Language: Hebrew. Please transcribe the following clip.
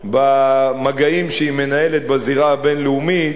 במגעים שהיא מנהלת בזירה הבין-לאומית,